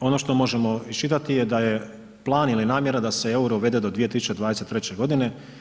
ono što možemo iščitati je da je plan ili namjera da se euro uvede do 2023. godine.